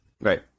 Right